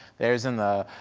there isn't a,